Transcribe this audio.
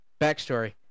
Backstory